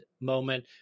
moment